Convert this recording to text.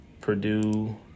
Purdue